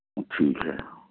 ٹھیک ہے